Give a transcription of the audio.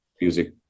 music